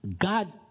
God